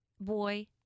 boy